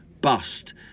bust